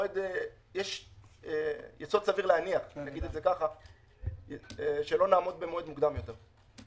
יש יסוד סביר להניח שלא נעמוד במועד מוקדם יותר,